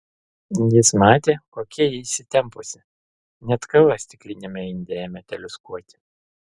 jis matė kokia ji įsitempusi net kava stikliniame inde ėmė teliūskuoti